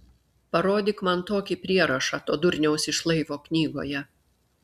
parodyk man tokį prierašą to durniaus iš laivo knygoje